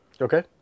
Okay